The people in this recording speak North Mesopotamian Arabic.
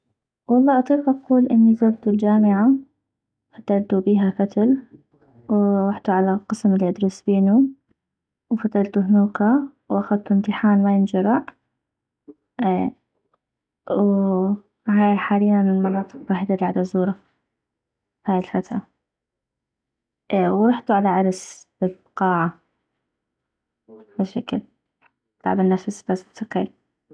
والله اطيق اقول اني زرتو الجامعة فتلتو بيها فتل وغحتو على القسم الي ادرس بينو وفتلتو هنوك واخذتو امتحان ما ينجرع اي و هاي حالياً المناطق الوحيدة الي عدزورا هاي الفترة اي ورحتو على عرس بالقاعة هشكل تلعب النفس بس اتس اوكي